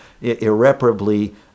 irreparably